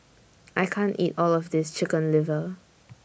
I can't eat All of This Chicken Liver